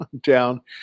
down